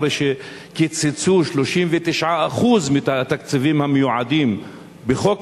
אחרי שקיצצו 39% מהתקציבים המיועדים בחוק